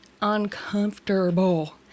uncomfortable